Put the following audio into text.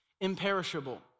imperishable